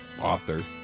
author